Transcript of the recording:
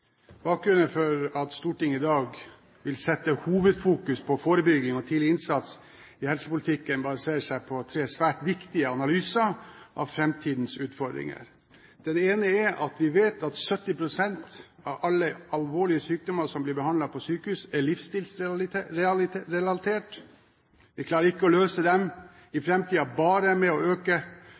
Bakgrunnen for at Stortinget i dag vil sette hovedfokus på forebygging og tidlig innsats i helsepolitikken, baserer seg på tre svært viktige analyser av framtidens utfordringer. Den ene er at vi vet at 70 pst. av alle alvorlige sykdommer som blir behandlet på sykehus, er livsstilsrelaterte. Vi klarer ikke å løse det i framtiden bare ved å øke